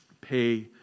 pay